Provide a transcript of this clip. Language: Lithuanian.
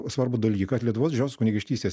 svarbų dalyką kad lietuvos didžiosios kunigaikštystės